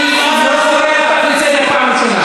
אני לא קורא אותך לסדר פעם ראשונה.